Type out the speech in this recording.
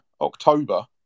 October